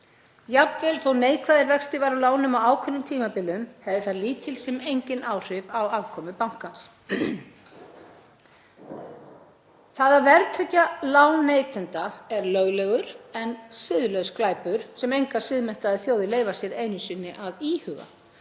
þótt neikvæðir vextir væru á lánum á ákveðnum tímabilum hefði það lítil sem engin áhrif á afkomu bankans. Það að verðtryggja lán neytenda er löglegur en siðlaus glæpur sem engar siðmenntaðar þjóðir leyfa sér einu sinni að íhuga.